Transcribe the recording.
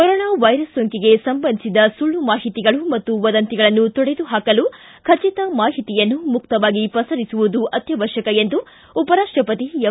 corona virus ಸೋಂಕಿಗೆ ಸಂಬಂಧಿಸಿದ ಸುಳ್ಳು ಮಾಹಿತಿಗಳು ಮತ್ತು ವದಂತಿಗಳನ್ನು ತೊಡೆದು ಹಾಕಲು ಖಚಿತ ಮಾಹಿತಿಯನ್ನು ಮುಕ್ತವಾಗಿ ಪಸರಿಸುವುದು ಅತ್ತವತ್ತಕ ಎಂದು ಉಪರಾಷ್ಟಪತಿ ಎಂ